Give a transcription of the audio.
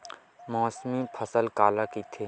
मौसमी फसल काला कइथे?